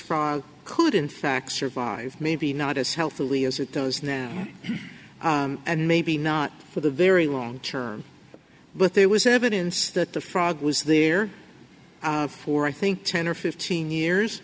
fact survive maybe not as healthily as it does now and maybe not for the very long term but there was evidence that the frog was there for i think ten or fifteen years